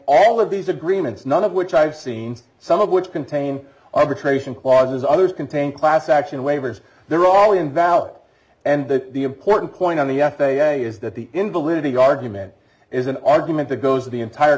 all of these agreements none of which i've seen some of which contain arbitration clauses others contain class action waivers they're all invalid and that the important point on the f a a is that the invalidity argument is an argument that goes to the entire